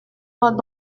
doit